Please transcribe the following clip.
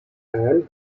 and